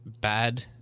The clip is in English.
bad